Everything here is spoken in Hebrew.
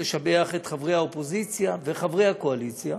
לשבח את חברי האופוזיציה וחברי הקואליציה,